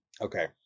okay